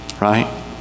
right